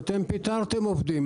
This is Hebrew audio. אבל פיטרתם עובדים.